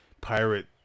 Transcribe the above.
pirate